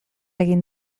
egin